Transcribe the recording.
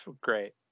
great